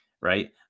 right